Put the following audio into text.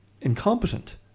incompetent